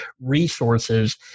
resources